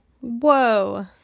Whoa